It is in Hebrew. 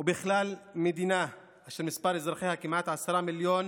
ובכלל, מדינה אשר מספר אזרחיה כמעט עשרה מיליון